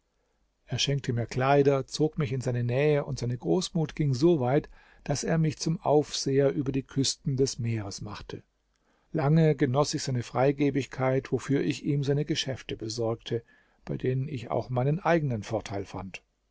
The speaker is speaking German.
er schenkte mir kleider zog mich in seine nähe und seine großmut ging so weit daß er mich zum aufseher über die küsten des meeres machte lange genoß ich seine freigebigkeit wofür ich ihm seine geschäfte besorgte bei denen ich auch meinen eigenen vorteil fand